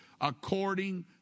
according